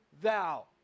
thou